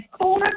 four